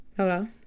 hello